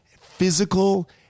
physical